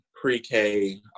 pre-K